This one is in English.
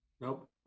Nope